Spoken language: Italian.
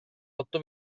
otto